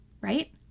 right